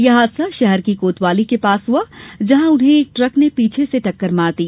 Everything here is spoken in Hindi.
यह हादसा शहर कोतवाली के पास हुआ जहां उन्हें एक ट्रक ने पीछे से टक्कर मार दी